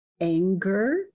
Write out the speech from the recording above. anger